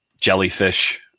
jellyfish